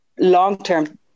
long-term